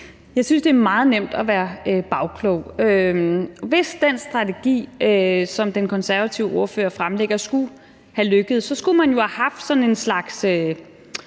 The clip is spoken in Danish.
Jeg synes, at det er meget nemt at være bagklog. Hvis den strategi, som den konservative ordfører fremlægger, skulle have lykkedes, så skulle man jo have haft sådan en slags